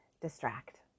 distract